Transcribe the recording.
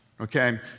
Okay